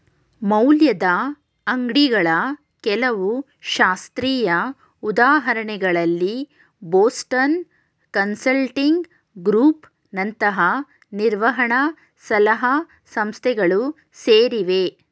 ಮೌಲ್ಯದ ಅಂಗ್ಡಿಗಳ ಕೆಲವು ಶಾಸ್ತ್ರೀಯ ಉದಾಹರಣೆಗಳಲ್ಲಿ ಬೋಸ್ಟನ್ ಕನ್ಸಲ್ಟಿಂಗ್ ಗ್ರೂಪ್ ನಂತಹ ನಿರ್ವಹಣ ಸಲಹಾ ಸಂಸ್ಥೆಗಳು ಸೇರಿವೆ